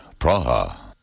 Praha